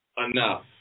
enough